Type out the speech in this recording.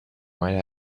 might